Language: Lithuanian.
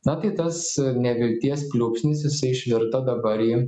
na tai tas nevilties pliūpsnis jisai išvirto dabar į